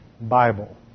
Bible